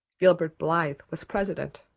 gilbert blythe was president,